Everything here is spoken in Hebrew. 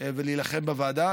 ולהילחם בוועדה.